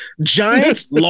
Giants